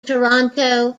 toronto